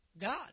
God